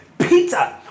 Peter